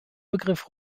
begriff